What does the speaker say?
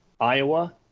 Iowa